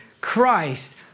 Christ